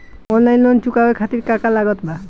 Online loan चुकावे खातिर का का लागत बा?